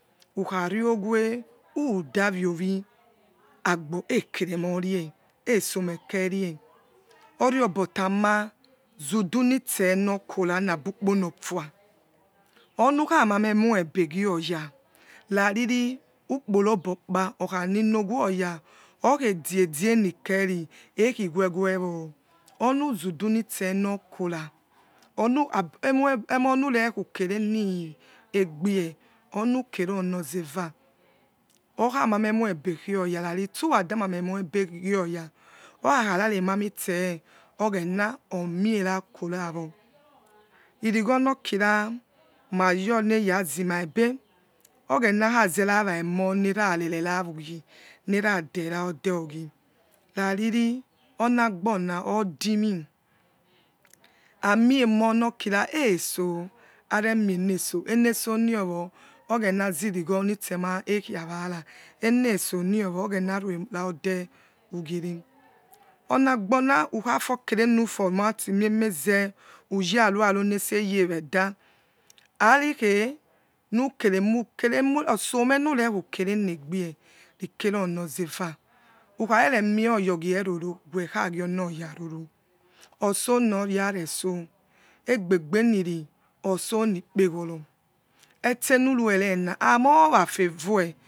Hkhariowe uda viowe agbor ekere mor rie esome kerie orior but ama zudunitse notorah nabu ukponofa onukha mame muebeh gioya rariri ukporogbo okpa okha nino woya okhe edge edge nikeri ekhiwewewor onu zudunitse nokora onu ab emoi emoh nure ukereniegbei onuke ronozeva okhamame emoibegio ya rarisuradamame emoibegioya okhakharemami itse oghena omierakurawo irighor norkira ma yor nerazimabe oghenakha zirara vaemoh nerarerwrah who gie nera dera ode whogie rariri ona agborna odimi amiemoh nor kirah etso kramie enetso enetsoniowor oghena zirigho nitsemah ekia wara enesoniowo oghena rueraode ugie reh onagbona ukhaforkẹre nuformatimie meh zeh uyarua ror ne ese yeh weh eda arikhe nukeremukere muotsomeh nurekhu kerenegbie rikeronotzeva ukharere mie oya ogie roro kha gi onoya roro otso ni ikpeghoro etsenuruerena omo ora favor eh.